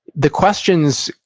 the questions,